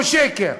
או שקר,